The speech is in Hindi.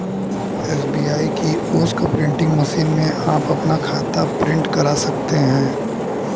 एस.बी.आई किओस्क प्रिंटिंग मशीन में आप अपना खाता प्रिंट करा सकते हैं